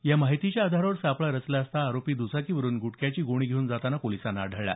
या माहितीच्या आधारावर सापळा रचला असता आरोपी दुचाकीवरून गुटख्याची गोणी घेऊन जाताना पोलिसांना आढळला